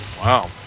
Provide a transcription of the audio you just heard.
Wow